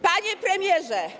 Panie Premierze!